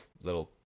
little